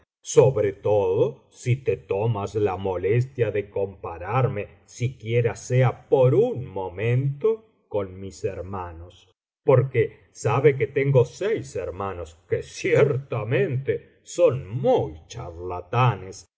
sobre todo si te tomas la molestia de compararme siquiera sea por un momento con mis hermanos porque sabe que tengo seis hermanos que ciertamente son muy charlatanes